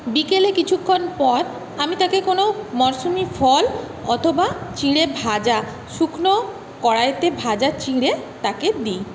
বিকেলে কিছুক্ষণ পর আমি তাকে কোনও মরশুমি ফল অথবা চিঁড়ে ভাজা শুকনো কড়াইতে ভাজা চিঁড়ে তাকে দিই